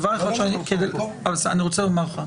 דבר אחד אני רוצה לומר לך.